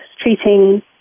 treating